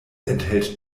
enthält